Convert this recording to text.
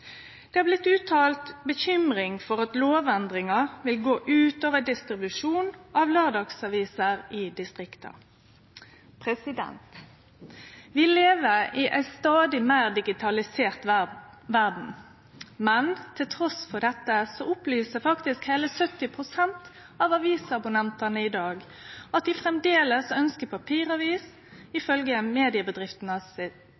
Det har blitt uttrykt bekymring for at lovendringa vil gå ut over distribusjonen av laurdagsaviser i distrikta. Vi lever i ei stadig meir digitalisert verd, men trass i dette opplyser heile 70 pst. av avisabonnentane i dag at dei framleis ønskjer papiravis,